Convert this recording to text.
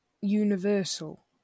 universal